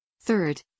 Third